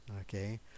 okay